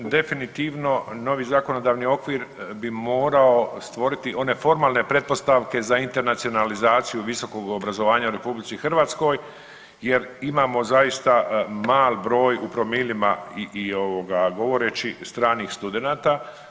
Definitivno novi zakonodavni okvir bi morao stvoriti one formalne pretpostavke za internacionalizaciju visokog obrazovanja u RH jer imamo zaista mal broj u promilima i ovoga, govoreći stranih studenata.